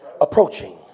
approaching